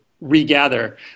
regather